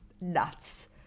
nuts